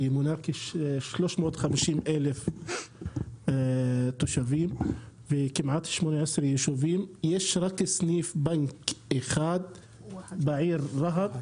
שמונה כ-350 אלף תושבים וכמעט 18 יישובים: יש רק סניף בנק אחד בעיר רהט,